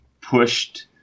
pushed